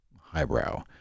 Highbrow